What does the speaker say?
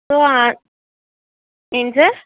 so ఏంటి sir